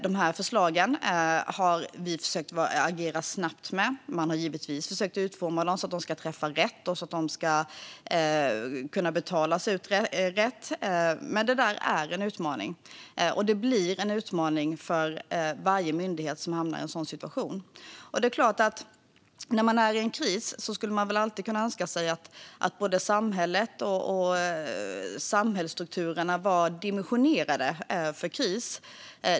Vi har försökt att agera snabbt med de förslagen. Man har givetvis försökt att utforma dem så att de ska träffa rätt och så att de ska kunna betalas ut rätt, men det är en utmaning. Det blir en utmaning för varje myndighet som hamnar i en sådan situation. När man är i en kris är det klart att man alltid skulle kunna önska sig att både samhället och samhällsstrukturerna var dimensionerade för kris.